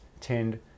tend